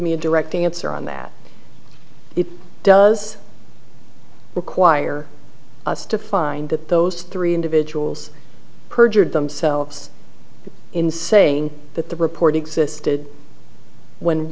me a direct answer on that it does require us to find that those three individuals perjured themselves in saying that the report existed when